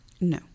No